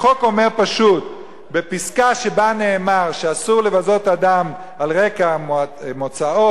החוק אומר פשוט: בפסקה שבה נאמר שאסור לבזות אדם על רקע מוצאו,